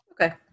Okay